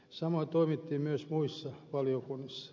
samoin toimittiin myös muissa valiokunnissa